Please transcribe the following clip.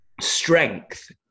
strength